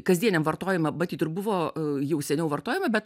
kasdieniam vartojime matyt ir buvo jau seniau vartojami bet